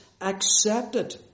accepted